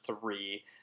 three